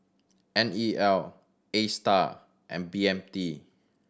N E L Astar and B M T